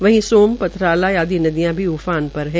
वहीं सोम पथराला आदि नदियां भी उफान पर है